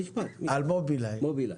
על מובילאיי.